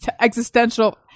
existential